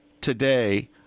today